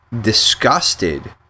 disgusted